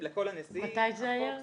מתי זה היה?